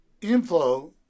inflow